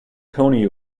tony